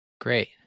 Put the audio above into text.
great